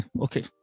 Okay